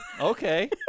Okay